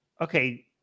Okay